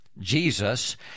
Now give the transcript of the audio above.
jesus